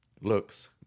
looks